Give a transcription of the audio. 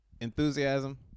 Enthusiasm